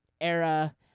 Era